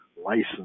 license